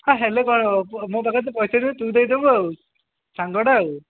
ହେଲେ କ'ଣ ହେବ ମୋ ପାଖରେ ତ ପଇସା ନାହିଁ ତୁ ଦେଇଦେବୁ ସାଙ୍ଗଟା ଆଉ